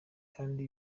kandi